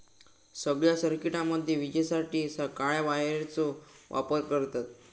सगळ्या सर्किटामध्ये विजेसाठी काळ्या वायरचो वापर करतत